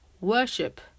worship